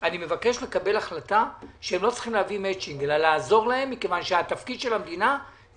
אני מצטערת, לא אני נכחתי בדיון עליו אתה